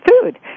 food